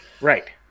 Right